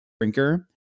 drinker